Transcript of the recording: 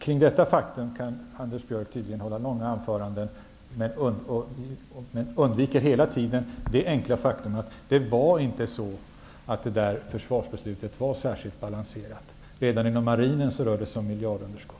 Kring detta faktum kan Anders Björck tydligen hålla långa anföranden, men han undviker hela tiden det enkla faktum att detta försvarsbeslut inte var särskilt balanserat. Bara inom marinen rör det sig om miljardunderskott.